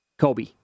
Kobe